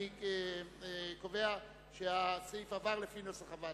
אני קובע שסעיף 14 התקבל לפי נוסח הוועדה.